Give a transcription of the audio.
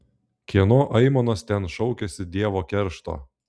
kieno aimanos ten šaukiasi dievo keršto